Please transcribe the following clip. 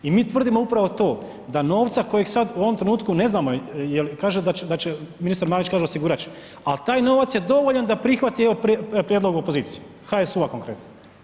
I mi tvrdimo upravo to, da novca kojeg sad u ovom trenutku ne znamo jel, kaže da će, da će, ministar Marić kaže osigurat će, al taj novac je dovoljan da prihvati evo prijedlog opozicije, HSU-a konkretno.